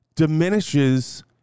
diminishes